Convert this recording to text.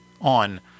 on